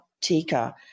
Tika